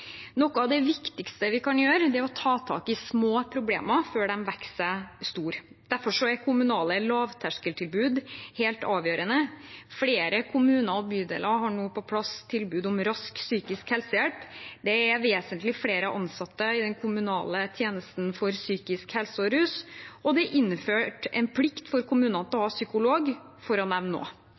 Noe av det viktigste vi kan gjøre, er å ta tak i små problemer før de vokser seg store. Derfor er kommunale lavterskeltilbud helt avgjørende. Flere kommuner og bydeler har nå på plass tilbud om rask psykisk helsehjelp, det er vesentlig flere ansatte i den kommunale tjenesten for psykisk helse og rus, og det er innført en plikt for kommunene til å ha psykolog – for å nevne